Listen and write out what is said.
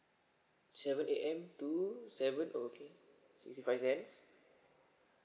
seven A_M to seven oh okay sixty five cents